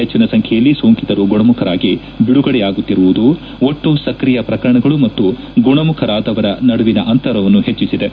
ಹೆಚ್ಚನ ಸಂಖ್ಯೆಯಲ್ಲಿ ಸೋಂಟಿತರು ಗುಣಮುಖರಾಗಿ ಬಿಡುಗಡೆಯಾಗುತ್ತಿರುವುದು ಒಟ್ಟು ಸ್ಕ್ರಿಯ ಪ್ರಕರಣಗಳು ಮತ್ತು ಗುಣಮುಖರಾದವರ ನಡುವಿನ ಅಂತರವನ್ನು ಹೆಚ್ಚಿಸಿದೆ